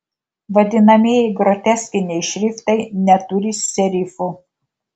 vadinamieji groteskiniai šriftai neturi serifų